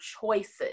choices